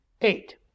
Eight